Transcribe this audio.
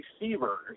receivers